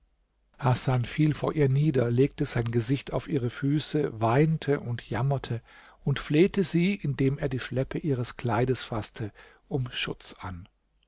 hasan fiel vor ihr nieder legte sein gesicht auf ihre füße weinte und jammerte und flehte sie indem er die schleppe ihres kleides faßte um schutz an